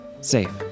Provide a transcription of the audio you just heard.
safe